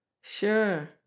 Sure